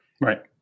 Right